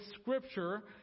scripture